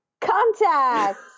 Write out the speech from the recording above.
contact